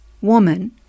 woman